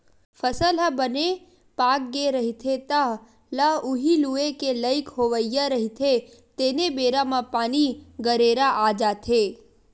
फसल ह बने पाकगे रहिथे, तह ल उही लूए के लइक होवइया रहिथे तेने बेरा म पानी, गरेरा आ जाथे